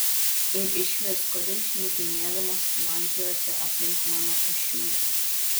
ir išvis kodėl šnipinėdamas slankiojate aplink mano pašiūrę